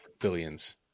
billions